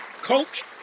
Coach